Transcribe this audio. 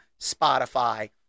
Spotify